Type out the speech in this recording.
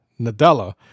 Nadella